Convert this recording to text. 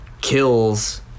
kills